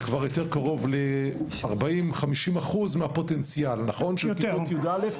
זה כבר יותר קרוב ל-50-40 אחוזים מהפוטנציאל של כיתות י"א.